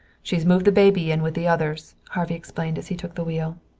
she's moved the baby in with the others, harvey explained as he took the wheel.